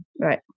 Right